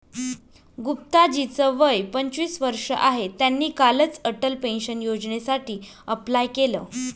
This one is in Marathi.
गुप्ता जी च वय पंचवीस वर्ष आहे, त्यांनी कालच अटल पेन्शन योजनेसाठी अप्लाय केलं